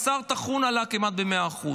בשר טחון עלה כמעט ב-100%.